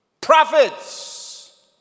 prophets